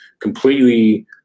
completely